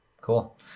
Cool